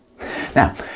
Now